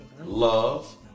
love